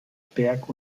berg